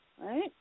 right